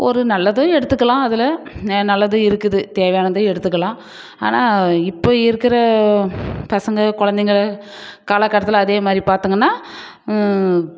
ஒரு நல்லதும் எடுத்துக்கலாம் அதில் நல்லதும் இருக்குது தேவையானதும் எடுத்துக்கலாம் ஆனால் இப்போ இருக்குகிற பசங்க குழந்தைங்க காலகட்டத்தில் அதே மாதிரி பார்த்தோங்கன்னா